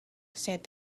said